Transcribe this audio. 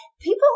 People